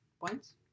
points